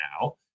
now